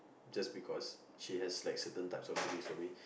just because she has like certain type of feelings for me